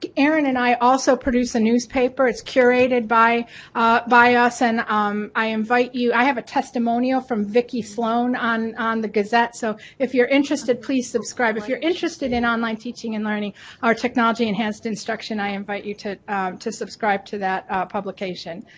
ah erin and i also produce a newspaper, it's curated by by us and um i invite you, i have a testimonial from vickie sloan on on the gazette, so if you're interested please subscribe. if you're interested in online teaching and learning or technology enhanced instruction, i invite you to to subscribe to that publication.